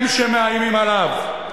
הם שמאיימים עליו.